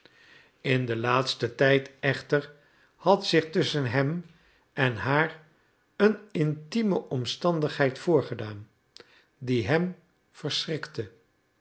in den laatsten tijd echter had zich tusschen hem en haar een intieme omstandigheid voorgedaan die hem verschrikte